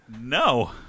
No